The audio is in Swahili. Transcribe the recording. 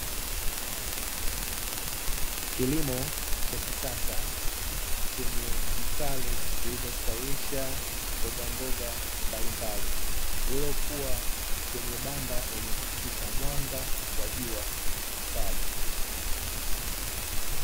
Kilimo cha kisasa chenye vitalu vilivyostawisha mbogamboga mbalimbali lililokuwa kwenye banda lenye kupitisha mwanga wa jua mkali.